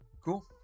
Cool